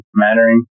mattering